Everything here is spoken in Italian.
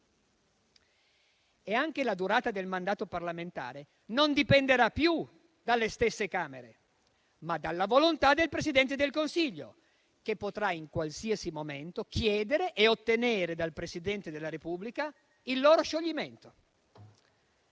Anche la durata del mandato parlamentare dipenderà non più dalle stesse Camere, ma dalla volontà del Presidente del Consiglio, che potrà in qualsiasi momento chiedere e ottenere dal Presidente della Repubblica il loro scioglimento.